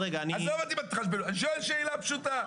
עזוב אותי מההתחשבנויות, אני שואל שאלה פשוטה,